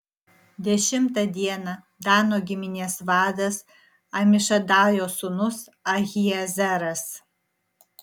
dešimtą dieną dano giminės vadas amišadajo sūnus ahiezeras